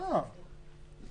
יש